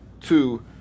two